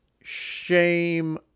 shame